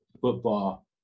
football